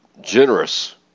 generous